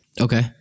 Okay